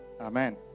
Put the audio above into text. Amen